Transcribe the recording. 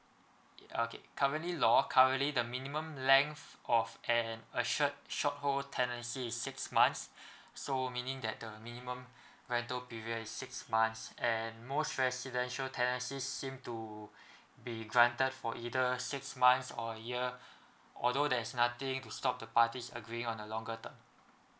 uh okay currently lor currently the minimum length of an a shirt short whole tendency is six months so meaning that the minimum rental period is six months and most residential tenancy seem to be granted for either six months or a year although there's nothing to stop the parties agreeing on a longer thought